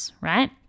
right